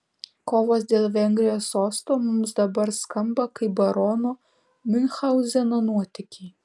kovos dėl vengrijos sosto mums dabar skamba kaip barono miunchauzeno nuotykiai